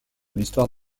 l’histoire